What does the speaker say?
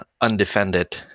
undefended